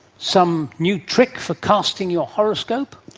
some new trick for casting your horoscope?